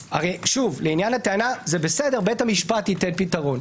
לעניין הטענה זה בסדר, בית המשפט ייתן פתרון.